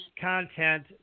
content